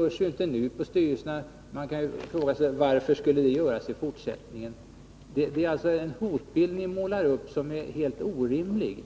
Så sker inte nu i styrelserna. Man kan fråga sig varför man skulle göra det i fortsättningen. Den hotbild ni målar upp är helt orimlig.